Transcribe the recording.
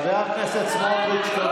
חבר הכנסת סמוטריץ'.